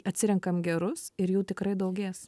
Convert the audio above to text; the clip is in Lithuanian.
atsirenkam gerus ir jų tikrai daugės